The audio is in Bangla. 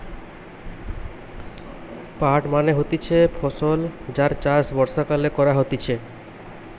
পাট মানে হতিছে ফসল যার চাষ বর্ষাকালে করা হতিছে